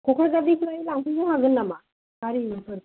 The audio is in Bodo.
क'कराझारनिफ्राय लांफैनो हागोन नामा गारि मथर